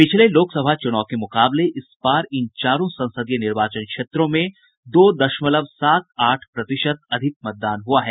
पिछले लोकसभा चुनाव के मुकाबले इस बार इन चारों संसदीय निर्वाचन क्षेत्रों में दो दशमलव सात आठ प्रतिशत अधिक मतदान हुआ है